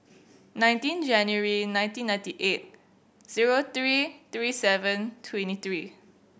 nineteen January nineteen ninety eight zero three three seven twenty three